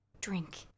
Drink